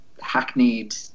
hackneyed